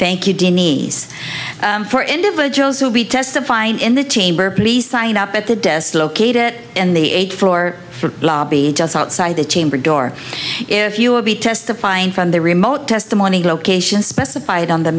thank you denise for individuals will be testifying in the chamber please sign up at the desk located it in the eighth floor for lobby just outside the chamber door if you will be testifying from the remote testimony location specified on the